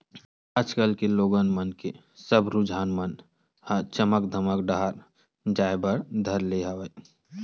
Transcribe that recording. आज कल के लोगन मन के सब रुझान मन ह चमक धमक डाहर जाय बर धर ले हवय